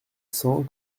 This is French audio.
cent